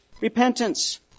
repentance